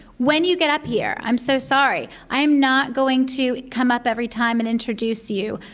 when you get up here, i'm so sorry, i am not going to come up every time and introduce you,